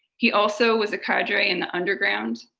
he also was a cadre in the underground.